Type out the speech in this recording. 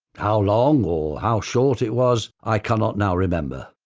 how long or how short it was, i cannot now remember.